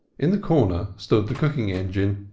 in the corner stood the cooking-engine.